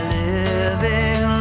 living